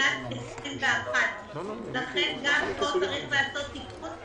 לשנת 21'. לכן גם פה יש לעשות תיקון,